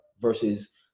versus